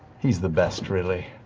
he's the best really.